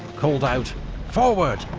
called out forward!